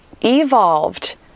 evolved